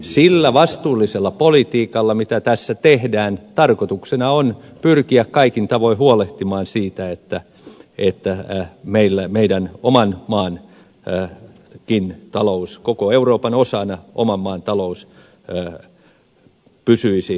sillä vastuullisella politiikalla mitä tässä tehdään tarkoituksena on pyrkiä kaikin tavoin huolehtimaan siitä että meidän oman maankin talous koko euroopan osana pysyisi kunnossa